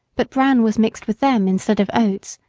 but bran was mixed with them instead of oats,